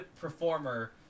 performer